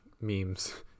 memes